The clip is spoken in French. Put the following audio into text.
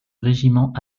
régiment